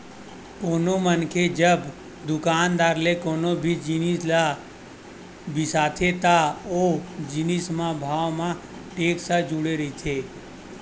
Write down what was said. कोनो मनखे जब दुकानदार ले कोनो भी जिनिस ल बिसाथे त ओ जिनिस म भाव म टेक्स ह जुड़े रहिथे